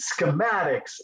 schematics